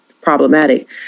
problematic